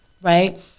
Right